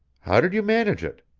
how did you manage it?